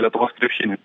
lietuvos krepšinį